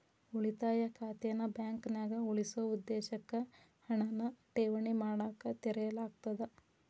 ಉಳಿತಾಯ ಖಾತೆನ ಬಾಂಕ್ನ್ಯಾಗ ಉಳಿಸೊ ಉದ್ದೇಶಕ್ಕ ಹಣನ ಠೇವಣಿ ಮಾಡಕ ತೆರೆಯಲಾಗ್ತದ